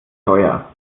teuer